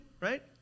right